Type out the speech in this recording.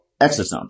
exosomes